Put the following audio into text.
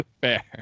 fair